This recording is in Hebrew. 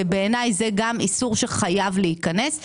ובעיניי זה איסור שחייב להיכנס.